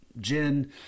gin